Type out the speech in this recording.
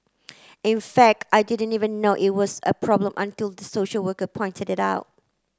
in fact I didn't even know it was a problem until the social worker pointed it out